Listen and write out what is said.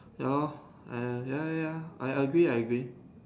ya lor err ya ya ya I agree I agree